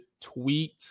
tweet